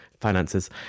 finances